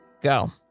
go